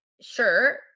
sure